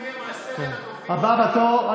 הבא בתור,